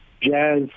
jazz